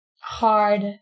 hard